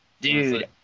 Dude